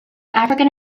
african